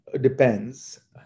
depends